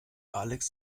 alex